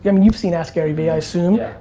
yeah mean you've seen ask gary vee, i assume.